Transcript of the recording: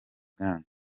gang